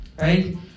right